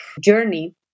journey